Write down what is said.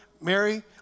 Mary